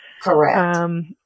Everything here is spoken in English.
Correct